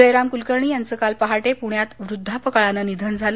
जयराम कुलकर्णी यांचं काल पहाटे पुण्यात वृद्धापकाळानं निधन झालं